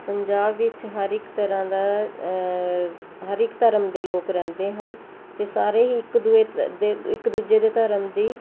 ਪੰਜਾਬ ਵਿੱਚ ਹਰ ਇੱਕ ਤਰ੍ਹਾਂ ਦਾ ਹਰ ਇਕ ਧਰਮ ਦੇ ਲੋਕ ਰਹਿੰਦੇ ਹਨ ਅਤੇ ਸਾਰੇ ਹੀ ਇੱਕ ਦੂਜੇ ਦੇ ਇੱਕ ਦੂਜੇ ਦੇ ਧਰਮ ਦੀ